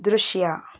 ದೃಶ್ಯ